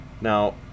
Now